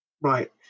right